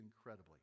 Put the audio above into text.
incredibly